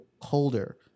colder